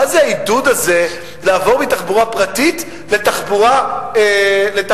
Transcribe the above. מה זה העידוד הזה לעבור מתחבורה פרטית לתחבורה ציבורית?